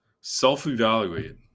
self-evaluate